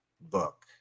book